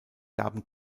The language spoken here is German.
gaben